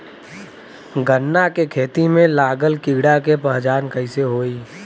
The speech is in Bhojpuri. गन्ना के खेती में लागल कीड़ा के पहचान कैसे होयी?